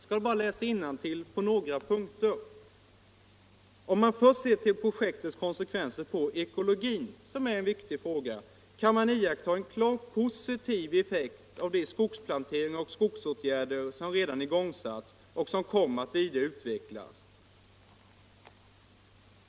Låt mig läsa innantill ur denna PM: ”Om man först ser till projektets konsekvenser på ekologin, kan man iaktta en klart positiv effekt av de skogsplanteringar och skogsåtgärder som redan igångsatts och som kommer att vidare utvecklas.